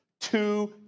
two